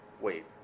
wait